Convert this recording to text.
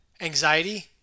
anxiety